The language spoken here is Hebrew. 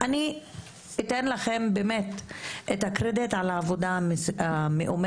אני אתן לכם באמת את הקרדיט על העבודה המאומצת,